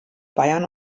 bayern